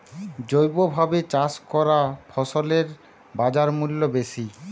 জৈবভাবে চাষ করা ফসলের বাজারমূল্য বেশি